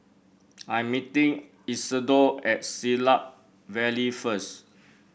I am meeting Isidore at Siglap Valley first